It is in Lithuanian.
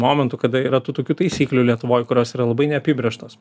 momentų kada yra tų tokių taisyklių lietuvoj kurios yra labai neapibrėžtos